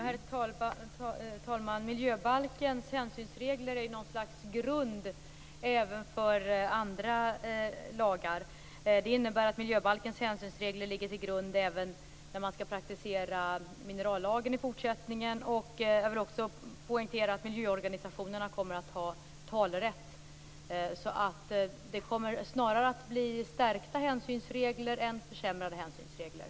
Herr talman! Miljöbalkens hänsynsregler är ett slags grund även för andra lagar. Miljöbalkens hänsynsregler ligger alltså till grund även när man i fortsättningen skall praktisera minerallagen. Jag vill också poängtera att miljöorganisationerna kommer att ha talerätt. Det kommer således snarare att bli stärkta hänsynsregler, inte försämrade sådana.